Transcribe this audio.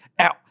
ow